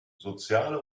soziale